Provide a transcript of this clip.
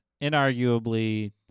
inarguably